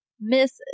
Miss